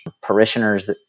parishioners